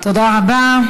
תודה רבה.